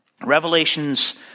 Revelations